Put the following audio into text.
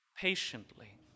patiently